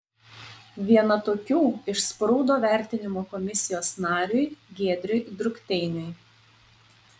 viena tokių išsprūdo vertinimo komisijos nariui giedriui drukteiniui